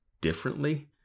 differently